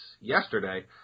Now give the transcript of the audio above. yesterday